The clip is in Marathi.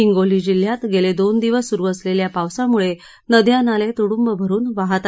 हिंगोली जिल्ह्यात गेले दोन दिवस सुरू असलेल्या पावसामुळे नद्या नाले तूडंब भरून वाहत आहेत